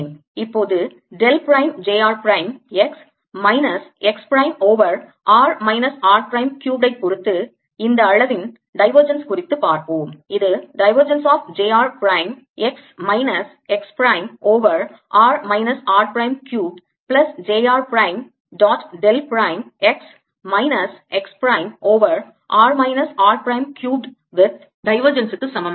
இப்போது del prime j r prime x minus x prime over r minus r prime cubed ஐ பொறுத்து இந்த அளவின் divergence குறித்து பார்ப்போம் இது divergence of j r prime x minus x prime over r minus r prime cubed plus j r prime dot del prime x minus x prime over r minus r prime cubed with divergence க்கு சமம்